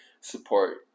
support